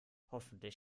hoffentlich